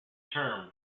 term